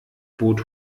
boot